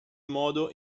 modo